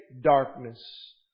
darkness